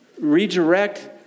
redirect